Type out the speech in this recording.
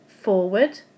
forward